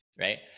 right